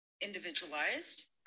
individualized